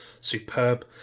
superb